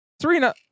Serena